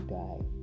die